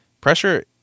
Pressure